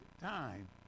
time